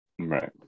Right